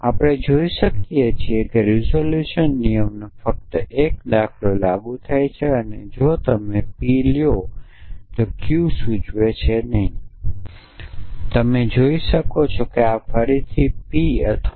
તેથી આપણે જોઈ શકીએ છીએ કે રિઝોલ્યુશન નિયમનો ફક્ત 1 દાખલો લાગુ થયો છે અથવા જો તમે P લ્યો તો Q સૂચવે છે નહીં અને તમે જોઈ શકો છો કે આ ફરીથી P અથવા